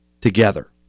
together